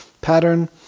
pattern